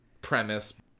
premise